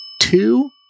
Two